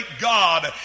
God